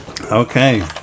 Okay